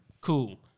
Cool